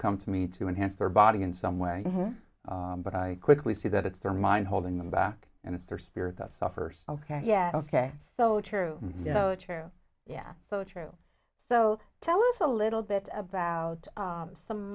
come to me to enhance their body in some way but i quickly see that it's their mind holding them back and it's their spirit that suffers ok yeah ok so true yeah so true so tell us a little bit about some